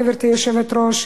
גברתי היושבת-ראש,